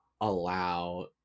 allow